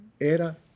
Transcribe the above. era